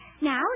Now